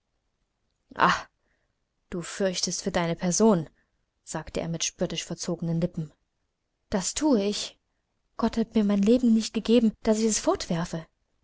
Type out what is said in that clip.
du fürchtest für deine person sagte er mit spöttisch verzogenen lippen das thue ich gott hat mir mein leben nicht gegeben daß ich es